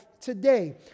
today